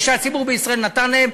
או שהציבור בישראל נתן להם,